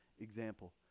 example